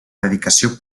dedicació